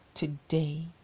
Today